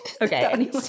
Okay